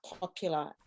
popular